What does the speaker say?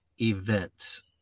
events